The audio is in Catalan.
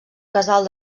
casal